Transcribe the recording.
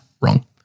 Wrong